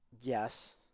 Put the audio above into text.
Yes